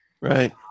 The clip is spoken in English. Right